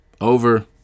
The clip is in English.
over